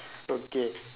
okay